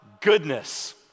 goodness